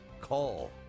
call